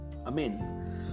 amen